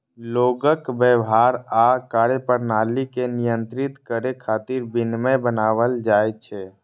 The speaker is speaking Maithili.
लोगक व्यवहार आ कार्यप्रणाली कें नियंत्रित करै खातिर विनियम बनाएल जाइ छै